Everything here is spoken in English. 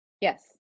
Yes